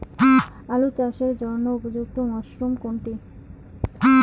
আলু চাষের জন্য উপযুক্ত মরশুম কোনটি?